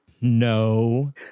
No